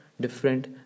different